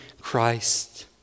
Christ